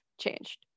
changed